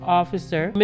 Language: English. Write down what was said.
officer